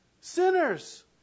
Sinners